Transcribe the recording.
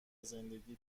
زندگی